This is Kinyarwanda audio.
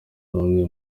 bamwe